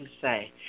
say